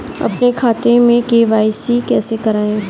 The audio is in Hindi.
अपने खाते में के.वाई.सी कैसे कराएँ?